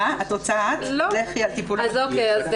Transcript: אוקיי.